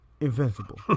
Invincible